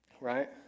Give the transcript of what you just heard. right